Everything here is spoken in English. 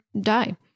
die